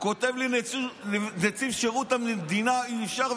כותב לי נציב שירות המדינה: אי-אפשר,